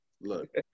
Look